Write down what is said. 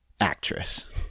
actress